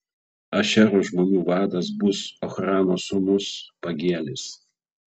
ašero žmonių vadas bus ochrano sūnus pagielis